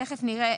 תכף נראה,